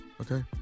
Okay